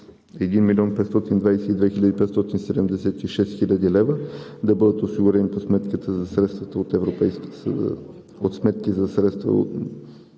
1 522 576 хил. лв. да бъдат осигурени по сметките за средствата от Европейския